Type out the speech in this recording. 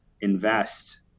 invest